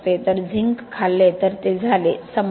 तर झिंक खाल्ले तर ते झाले संपले